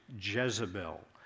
Jezebel